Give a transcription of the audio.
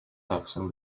connection